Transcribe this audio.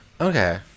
Okay